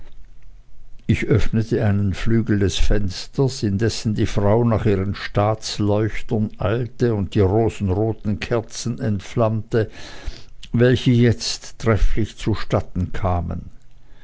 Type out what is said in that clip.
ich öffnete einen flügel des fensters indessen die frau nach ihren staatsleuchtern eilte und die rosenroten kerzen entflammte welche jetzt trefflich zustatten kamen